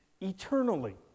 eternally